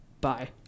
Bye